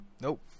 Nope